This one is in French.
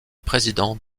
président